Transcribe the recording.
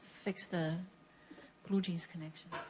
fix the bluejeans connection.